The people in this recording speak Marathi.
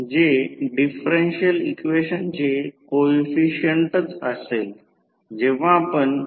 तर या प्रकरणात तर तो फक्त फरक असेल ते कॉस थेटा कॉस थेटा दोन्ही मागे पडले आहेत म्हणजे हा संदर्भ आहे